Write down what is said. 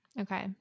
Okay